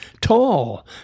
tall